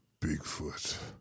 Bigfoot